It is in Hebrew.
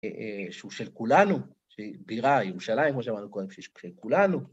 שהוא של כולנו, בירה, ירושלים, מה שאמרנו קודם, של כולנו.